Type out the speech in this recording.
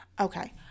Okay